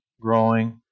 growing